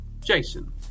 Jason